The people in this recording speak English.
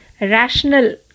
rational